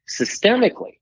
systemically